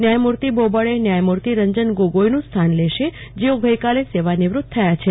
ન્યાયમૂર્તિ બોબડે ન્યાયમૂર્તિ રંજન ગોગોઈનું સ્થાન લેશે જેઓ ગઈકાલે સેવા નિવૃત્ત થયા છે